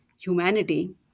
humanity